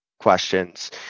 questions